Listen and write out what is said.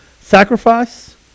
sacrifice